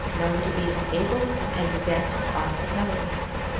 known to be an able and enthusiastic arctic navigator.